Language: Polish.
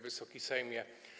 Wysoki Sejmie!